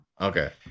Okay